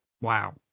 Wow